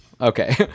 Okay